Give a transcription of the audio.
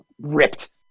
ripped